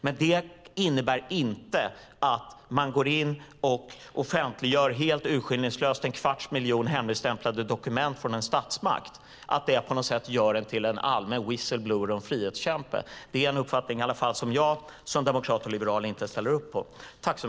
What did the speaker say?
Men att man helt urskillningslöst går in och offentliggör en kvarts miljon hemligstämplade dokument från en statsmakt gör en inte till en allmän whistleblower och frihetskämpe. Det är en uppfattning som i alla fall jag som demokrat och liberal inte ställer upp på.